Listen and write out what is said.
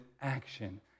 action